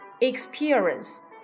experience